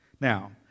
Now